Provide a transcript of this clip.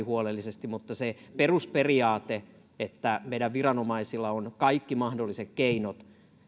huolellisesti mutta se perusperiaate että meidän viranomaisillamme on olemassa kaikki mahdolliset keinot